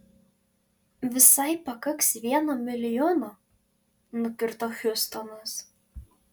visai pakaks vieno milijono nukirto hiustonas